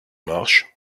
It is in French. marche